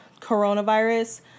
coronavirus